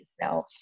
now